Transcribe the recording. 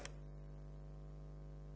Hvala vam